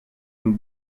nous